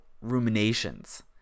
ruminations